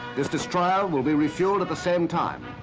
this destroyer will be refueled at the same time.